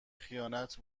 خیانت